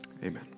Amen